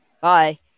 Bye